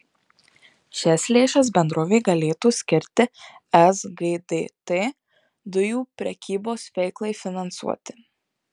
šias lėšas bendrovė galėtų skirti sgdt dujų prekybos veiklai finansuoti